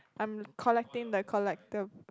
I'm collecting the collector